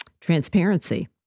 transparency